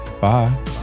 Bye